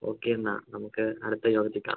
okay എന്നാൽ നമുക്ക് അടുത്ത യോഗത്തിൽ കാണാം